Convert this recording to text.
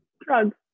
Drugs